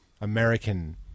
American